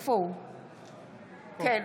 אינה נוכחת עידית סילמן, בעד